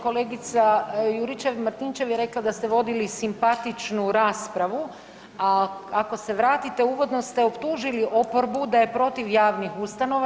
Kolegica Juričev Martinčev je rekla da ste vodili simpatičnu raspravu, a ako se vratite uvodno ste optužili oporbu da je protiv javnih ustanova.